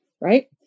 right